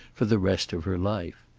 for the rest of her life.